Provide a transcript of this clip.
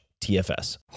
TFS